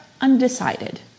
undecided